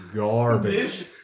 garbage